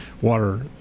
water